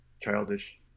childish